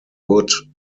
wood